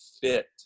fit